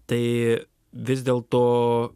tai vis dėl to